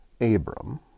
Abram